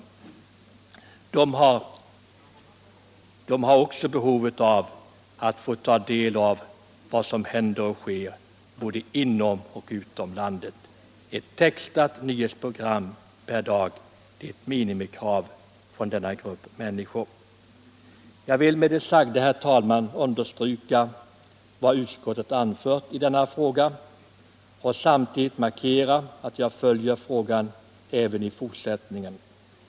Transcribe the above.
Även de har behov av att ta del av vad som händer och sker inom och utom landet. Ett textat nyhetsprogram per dag är ett minimikrav från denna grupp. Jag vill med det sagda, herr talman, understryka vad utskottet anfört i denna fråga och samtidigt markera att jag följer den även i fortsättningen.